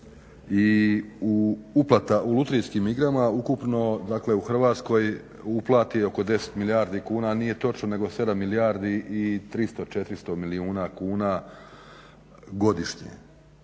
i u lutrijskim igrama ukupno, dakle u Hrvatskoj uplati oko 10 milijardi kuna. Nije točno, nego 7 milijardi i 300, 400 milijuna kuna godišnje.